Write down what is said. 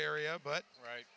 area but right